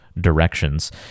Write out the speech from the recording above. directions